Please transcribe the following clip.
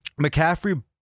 McCaffrey